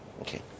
okay